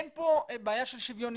אין פה בעיה של שוויוניות,